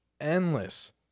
endless